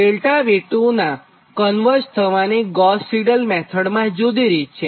ΔV2 ના કન્વર્જ થવાની Gauss Seidel મેથડમાં જુદી રીત છે